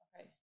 Okay